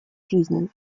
жизней